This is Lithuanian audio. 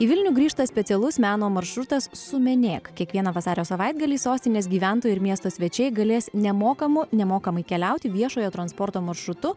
į vilnių grįžta specialus meno maršrutas sumenėk kiekvieną vasario savaitgalį sostinės gyventojai ir miesto svečiai galės nemokamu nemokamai keliauti viešojo transporto maršrutu